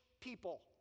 people